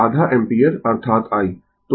तो आधा एम्पीयर अर्थात i